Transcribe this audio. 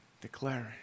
declaring